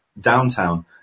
downtown